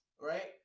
right